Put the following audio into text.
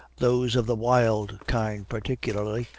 those of the wild kind particularly,